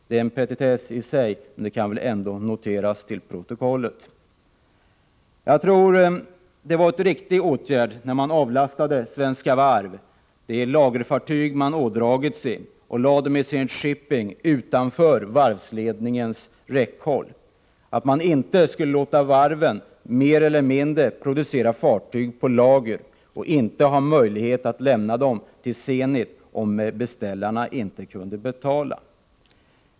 Det är en petitess i sig, men det kan ändå noteras till protokollet. Jag tror att det var en riktig åtgärd att avlasta Svenska Varv lagerfartygen och placera dem i Zenit Shipping, utom varvsledningens räckhåll. Det var riktigt att inte låta varven producera fartyg mer eller mindre på lager, utan att ha möjlighet att lämna dem till Zenit om beställarna inte kunde betala.